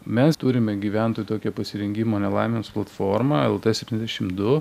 mes turime gyventojų tokią pasirengimo nelaimėms platformą lt septyniasdešim du